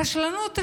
רשלנות רפואית,